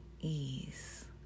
ease